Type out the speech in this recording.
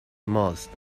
ماست